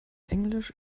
englisch